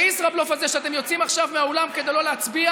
הישראבלוף הזה שאתם יוצאים עכשיו מהאולם כדי לא להצביע